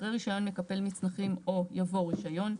אחרי "רישיון מקפל מצנחים או" יבוא "רישיון".